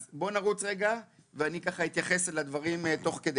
ואני רוצה רגע להתייחס לשני הדברים.